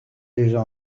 déjà